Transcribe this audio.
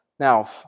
Now